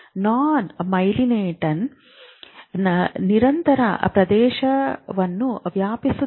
ನಾನ್ myelinated ನಿರಂತರ ಪ್ರದೇಶವನ್ನು ವ್ಯಾಪಿಸಿದೆ